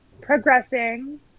progressing